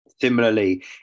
Similarly